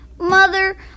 Mother